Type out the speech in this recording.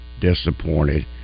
disappointed